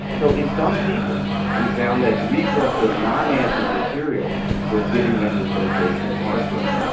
so in some people we found that reflux of non-acid material was giving them the sensation of heartburn.